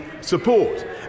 support